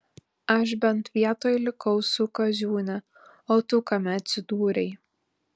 aš bent vietoj likau su kaziūne o tu kame atsidūrei